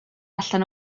allan